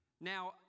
Now